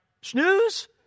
snooze